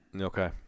Okay